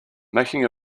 making